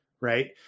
right